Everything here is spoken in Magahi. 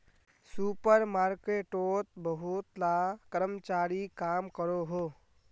सुपर मार्केटोत बहुत ला कर्मचारी काम करोहो